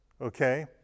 okay